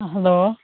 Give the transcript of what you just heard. hello